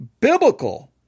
biblical